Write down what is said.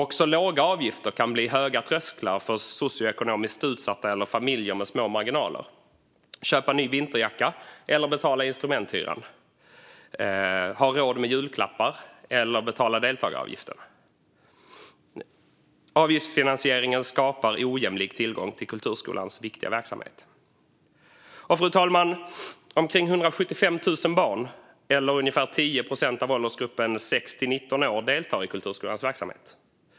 Också låga avgifter kan bli höga trösklar för socioekonomiskt utsatta eller familjer med små marginaler - köpa ny vinterjacka eller betala instrumenthyran, ha råd med julklappar eller betala deltagaravgiften? Avgiftsfinansieringen skapar ojämlik tillgång till kulturskolans viktiga verksamhet. Fru talman! Omkring 175 000 barn, eller ungefär 10 procent av åldersgruppen 6-19 år, deltar i kulturskolans verksamhet.